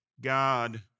God